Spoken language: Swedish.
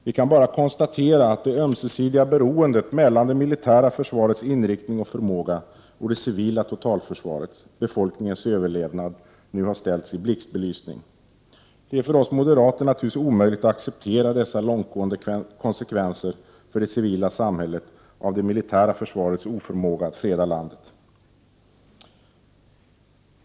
Vi kan bara konstatera att det ömsesidiga beroendet mellan det militära försvarets inriktning och förmåga och det civila totalförsvaret, befolkningens överlevnad, nu har ställts i blixtbelysning. Det är för oss moderater naturligtvis omöjligt att acceptera de långtgående konsekvenserna för det civila samhället av det militära försvarets oförmåga att freda landet.